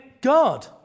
God